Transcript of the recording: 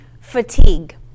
fatigue